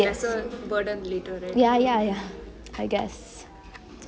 yes ya ya ya I guess